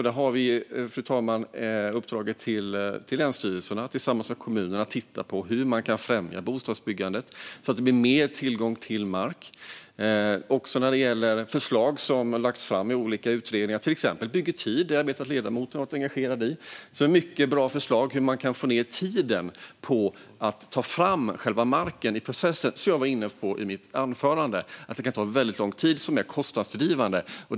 Vi har, fru talman, gett länsstyrelserna tillsammans med kommunerna i uppdrag att titta på hur man kan främja bostadsbyggandet och öka tillgången till mark. I olika utredningar, till exempel Bygg i tid som jag vet att ledamoten har varit engagerad i, har det också lagts fram mycket bra förslag om hur man kan få ned tiden för processen att ta fram själva marken. Som jag var inne på i mitt anförande kan detta ta väldigt lång tid, och det är kostnadsdrivande.